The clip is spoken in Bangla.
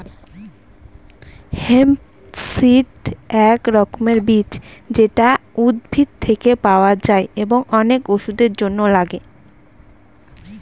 হেম্প সিড এক রকমের বীজ যেটা উদ্ভিদ থেকে পাওয়া যায় এবং অনেক ওষুধের জন্য লাগে